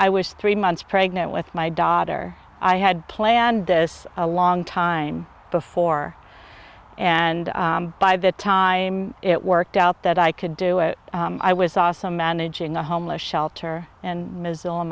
i was three months pregnant with my daughter i had planned this a long time before and by the time it worked out that i could do it i was awesome managing a homeless shelter in missoula